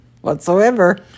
whatsoever